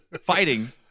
fighting